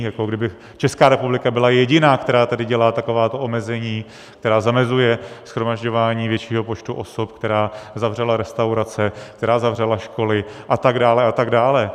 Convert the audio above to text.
Jako kdyby Česká republika byla jediná, která tady dělá takováto omezení, která zamezuje shromažďování většího počtu osob, která zavřela restaurace, která zavřela školy a tak dále a tak dále a tak dále.